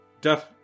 Death